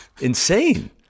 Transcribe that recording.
insane